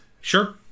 sure